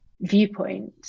viewpoint